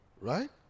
right